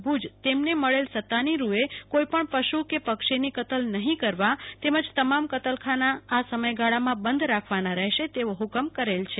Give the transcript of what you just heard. ભુજ તેમને મળેલ સત્તાની રૂચે કોઇપણ પશુ કે પક્ષીની કતલ નહી કરવી તેમજ તમામ કતલખાના આ સમયગાળામાં બંધ રાખવાના રહેશે તેવો હુકમ કરેલ છે